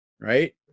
Right